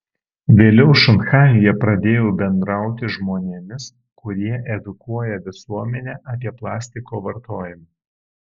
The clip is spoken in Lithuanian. vėliau šanchajuje pradėjau bendrauti žmonėmis kurie edukuoja visuomenę apie plastiko vartojimą